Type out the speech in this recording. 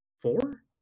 Four